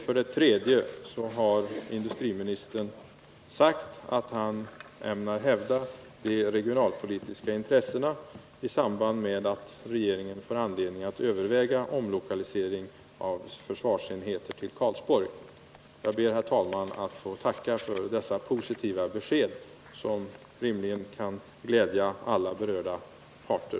För det tredje har industriministern sagt att han ämnar hävda de regionalpolitiska intressena i samband med att regeringen får anledning att överväga omlokalisering av försvarsenheter till Karlsborg. Jag ber, herr talman, att få tacka för dessa positiva besked, som rimligen kan glädja alla berörda parter.